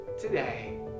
today